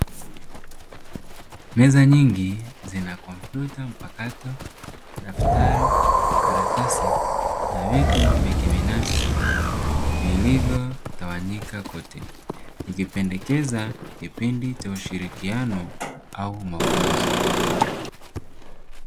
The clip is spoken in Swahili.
Meza nyingi zina kompyuta mpakato daftari karatasi na vitu vya kibinafsi vilivyotawanyika kote ikipendekeza kipindi cha ushirikiano au mafunzo.